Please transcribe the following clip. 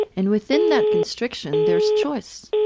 and within that constriction there's choice.